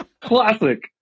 classic